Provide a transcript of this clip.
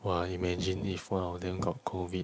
!wah! imagine you four hour then got COVID